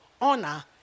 honor